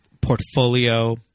portfolio